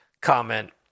comment